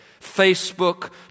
Facebook